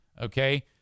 okay